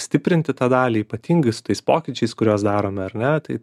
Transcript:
stiprinti tą dalį ypatingai su tais pokyčiais kuriuos darome ar ne tai